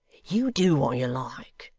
you do what you like,